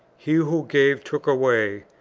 he who gave took away.